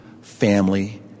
family